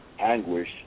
anguish